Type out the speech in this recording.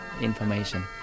information